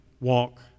walk